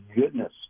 goodness